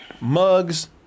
mugs